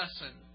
lesson